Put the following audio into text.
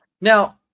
Now